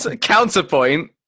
Counterpoint